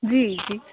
जी जी